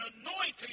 anointing